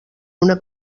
una